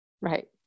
Right